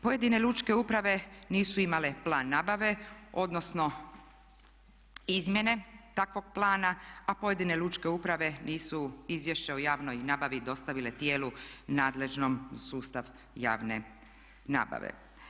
Pojedine lučke uprave nisu imale plan nabave, odnosno izmjene takvog plana a pojedine lučke uprave nisu izvješće o javnoj nabavi dostavile tijelu nadležnom za sustav javne nabave.